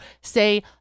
say